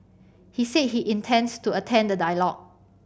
he said he intends to attend the dialogue